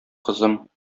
кызым